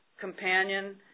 companion